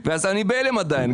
אז אני בהלם עדיין,